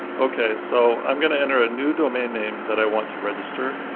okay, so, i'm going to enter a new domain name that i want to register,